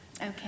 Okay